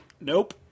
Nope